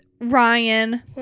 Ryan